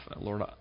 Lord